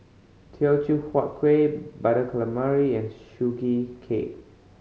Teochew Huat Kueh Butter Calamari and Sugee Cake